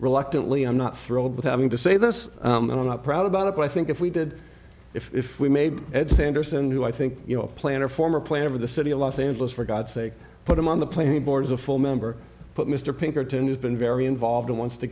reluctantly i'm not thrilled with having to say this and i'm not proud about it but i think if we did if we made ed sanderson who i think you know a plan or former plan for the city of los angeles for god's sake put him on the playing board as a full member but mr pinkerton has been very involved and wants to